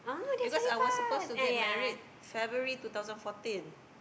because I was supposed to get married February two thousand fourteen